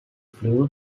blue